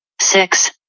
six